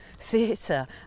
theatre